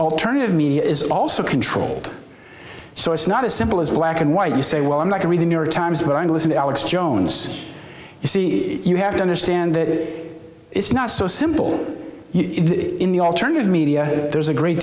alternative media is also controlled so it's not as simple as black and white you say well i'm not to read the new york times where i listen to alex jones you see you have to understand that it's not so simple even in the alternative media there's a great